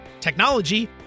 technology